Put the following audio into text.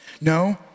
No